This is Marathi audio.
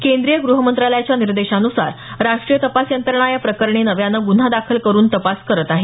केंद्रीय गृहमंत्रालयाच्या निर्देशांनुसार राष्ट्रीय तपास यंत्रणा या प्रकरणी नव्यान गुन्हा दाखल करुन तपास करत आहे